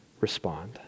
respond